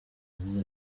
yagize